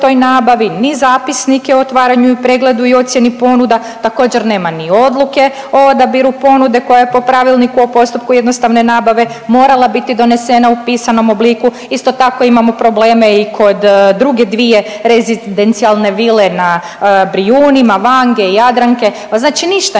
toj nabavi, ni zapisnike o otvaranju i pregledu i ocjeni ponuda, također nema ni odluke o odabiru ponude koja je po pravilniku o postupku jednostavne nabave morala biti donesena u pisanom obliku. Isto tako imamo probleme i kod druge dvije rezidencijalne vile na Brijunima, Vange i Jadranke, pa znači ništa